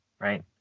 right